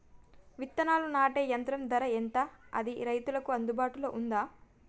విత్తనాలు నాటే యంత్రం ధర ఎంత అది రైతులకు అందుబాటులో ఉందా?